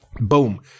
boom